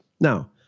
Now